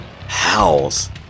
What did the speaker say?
Howls